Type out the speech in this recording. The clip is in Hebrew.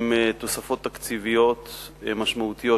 עם תוספות תקציביות משמעותיות,